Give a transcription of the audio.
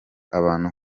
abantu